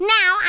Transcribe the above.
Now